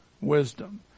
wisdom